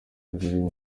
derulo